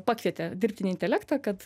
pakvietė dirbtinį intelektą kad